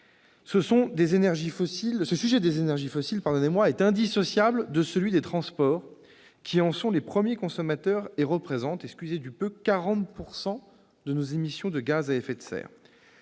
Ce sujet des énergies fossiles est indissociable de celui des transports, qui en sont les premiers consommateurs et représentent, excusez du peu, 40 % de nos émissions de gaz à effet de serre.